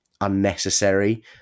unnecessary